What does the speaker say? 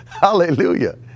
Hallelujah